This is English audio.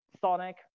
Sonic